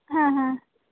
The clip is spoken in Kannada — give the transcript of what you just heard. ಹಾಂ ಹಾಂ